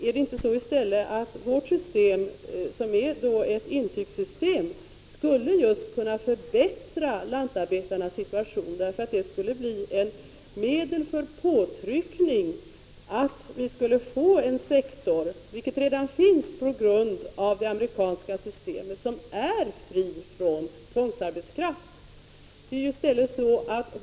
Är det inte i stället så att vårt intygssystem skulle kunna förbättra lantarbetarnas situation? Det skulle kunna bli ett medel för påtryckning, så att vi skulle få en sektor — och en början härtill finns redan på grund av det amerikanska systemet — som är fri från tvångsarbetskraft.